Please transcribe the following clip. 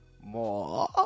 more